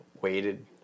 waited